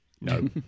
no